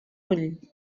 ull